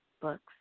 books